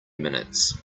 minutes